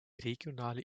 regionale